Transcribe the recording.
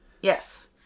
Yes